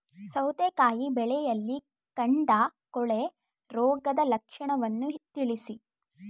ಸೌತೆಕಾಯಿ ಬೆಳೆಯಲ್ಲಿ ಕಾಂಡ ಕೊಳೆ ರೋಗದ ಲಕ್ಷಣವನ್ನು ತಿಳಿಸಿ?